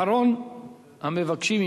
אחרון המבקשים,